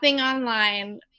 online